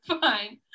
fine